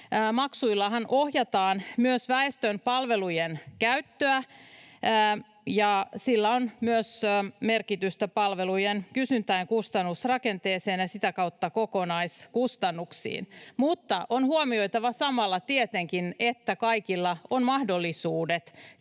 Maksuillahan ohjataan myös väestön palvelujen käyttöä. Niillä on merkitystä myös palvelujen kysynnälle ja kustannusrakenteelle ja sitä kautta kokonaiskustannuksille. Mutta on huomioitava samalla tietenkin, että kaikilla on mahdollisuudet käyttää